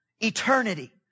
eternity